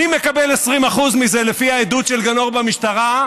מי מקבל 20% מזה, לפי העדות של גנור במשטרה?